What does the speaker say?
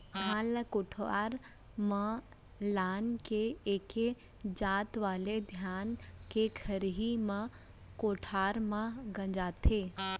धान ल कोठार म लान के एके जात वाले धान के खरही ह कोठार म गंजाथे